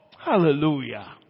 Hallelujah